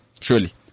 Surely